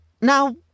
Now